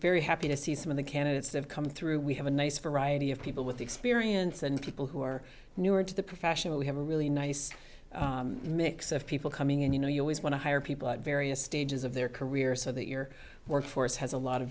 very happy to see some of the candidates they've come through we have a nice variety of people with experience and people who are newer to the profession we have a really nice mix of people coming and you know you always want to hire people at various stages of their career so that your workforce has a lot of